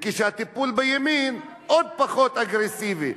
והטיפול בימין עוד פחות אגרסיבי.